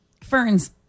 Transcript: Ferns